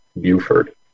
Buford